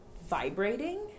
vibrating